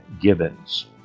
Gibbons